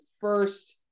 first